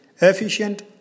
efficient